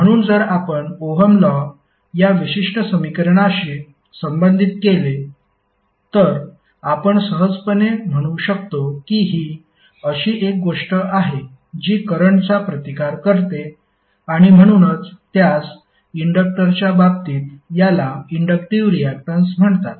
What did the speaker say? म्हणून जर आपण ओहम लॉ या विशिष्ट समीकरणाशी संबंधित केले तर आपण सहजपणे म्हणू शकतो की ही अशी एक गोष्ट आहे जी करंटचा प्रतिकार करते आणि म्हणूनच त्यास इंडक्टरच्या बाबतीत याला इंडक्टिव्ह रियाक्टन्स म्हणतात